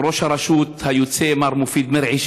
עם ראש הרשות היוצא מר מופיד מרעי,